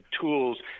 tools